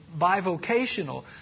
bivocational